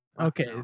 Okay